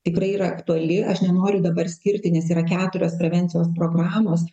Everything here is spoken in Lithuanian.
tikrai yra aktuali aš nenoriu dabar skirti nes yra keturios prevencijos programos